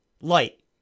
light